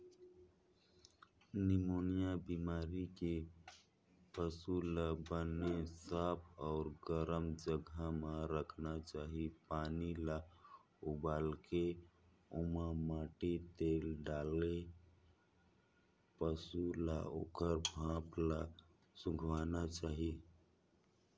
pneumonia बेमारी के पसू ल बने साफ अउ गरम जघा म राखना चाही, पानी ल उबालके ओमा माटी तेल डालके पसू ल ओखर भाप ल सूंधाना चाही